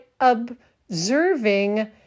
observing